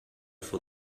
for